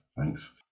Thanks